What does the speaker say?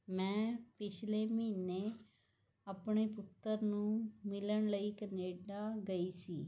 ਮੈਂ ਪਿਛਲੇ ਮਹੀਨੇ ਆਪਣੇ ਪੁੱਤਰ ਨੂੰ ਮਿਲਣ ਲਈ ਕਨੇਡਾ ਗਈ ਸੀ